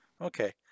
Okay